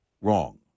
wrong